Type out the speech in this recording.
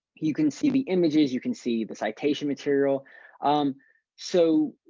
you can see the images. you can see the citation material um so,